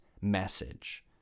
message